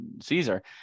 Caesar